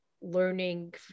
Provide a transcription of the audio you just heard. learning